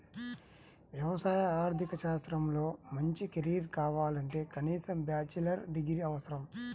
వ్యవసాయ ఆర్థిక శాస్త్రంలో మంచి కెరీర్ కావాలంటే కనీసం బ్యాచిలర్ డిగ్రీ అవసరం